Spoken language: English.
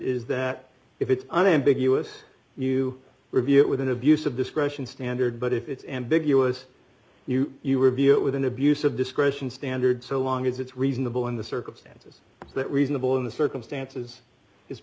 is that if it's an ambiguous you review it with an abuse of discretion standard but if it's ambiguous you you are view it with an abuse of discretion standard so long as it's reasonable in the circumstances that reasonable in the circumstances is